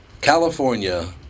California